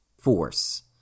Force